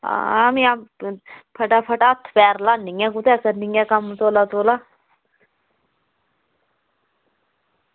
ते भी आं अंऊ फटाफट हत्थ पैर ल्हानी आं कुदै मुक्कै कम्म तौला तौला